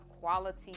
quality